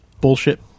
bullshit